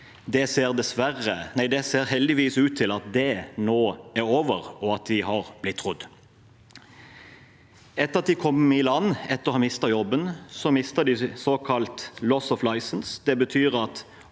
Det ser heldigvis ut til at det nå er over, og at de har blitt trodd. Etter at de kom i land etter å ha mistet jobben, opplevde de såkalt «loss of license». Det betyr at